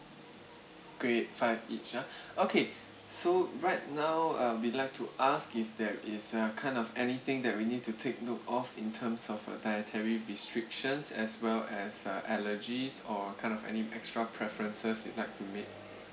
great five each ah okay so right now uh we'd like to ask if there is a kind of anything that we need to take note of in terms of a dietary restrictions as well as uh allergies or kind of any extra preferences you'd like to make